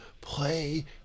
play